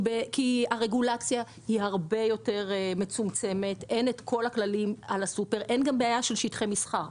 הרגולציה יותר מצומצמת, אין בעיה של שטחי מסחר.